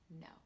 no